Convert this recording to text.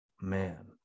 Man